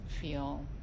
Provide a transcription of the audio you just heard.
feel